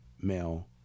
male